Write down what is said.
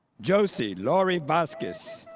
josie lori vasquez,